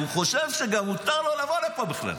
הוא חושב שמותר לו לבוא לפה בכלל,